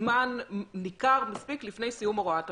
זמן ניכר מספיק לפני סיום הוראת השעה.